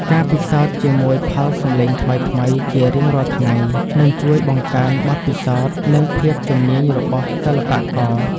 ការពិសោធន៍ជាមួយផលសំឡេងថ្មីៗជារៀងរាល់ថ្ងៃនឹងជួយបង្កើនបទពិសោធន៍ និង ភាពជំនាញរបស់សិល្បករ។